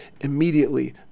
immediately